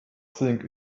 think